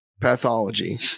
pathology